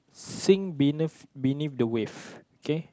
sink beneath beneath the way okay